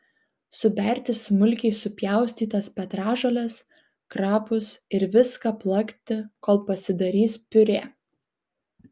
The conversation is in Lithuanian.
suberti smulkiai supjaustytas petražoles krapus ir viską plakti kol pasidarys piurė